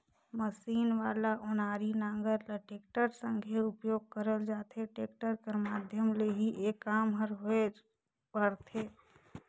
machine वाला ओनारी नांगर ल टेक्टर संघे उपियोग करल जाथे, टेक्टर कर माध्यम ले ही ए काम हर होए पारथे